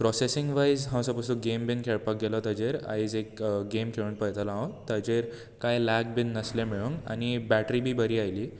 processing wise जर तूं game बी खेळपाक गेलो ताचेर आयज एक गेम खेळून पळयतलो हांव ताचेर कांय लेग बी नासलें मेळोंक आनी बेटरी बी बरी आयली